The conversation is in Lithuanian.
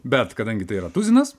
bet kadangi tai yra tuzinas